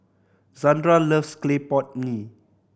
Zandra loves clay pot mee